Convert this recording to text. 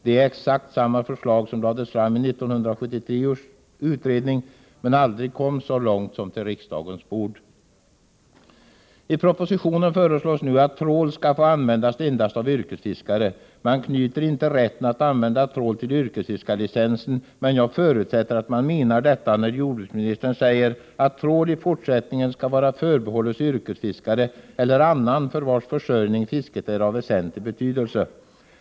Det är exakt samma förslag som lades fram i 1973 års utredning, men som aldrig kom så långt som till riksdagens bord. I propositionen föreslås nu att trål skall få användas endast av yrkesfiskare. Rätten att använda trål knyts inte till yrkesfiskarlicensen, men jag förutsätter att detta är vad som menas när jordbruksministern säger att ”fiske med trål i fortsättningen skall vara förbehållet yrkesfiskare eller annan för vars försörjning fisket är av väsentlig betydelse”.